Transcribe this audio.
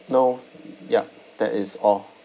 no yup that is all